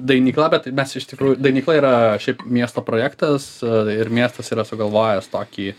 dainykla bet mes iš tikrųjų dainykla yra šiaip miesto projektas ir miestas yra sugalvojęs tokį